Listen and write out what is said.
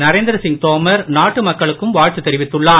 Narendra Singh Tomar நாட்டுமக்களுக்கும்வாழ்த்துதெரிவித்துள்ளார்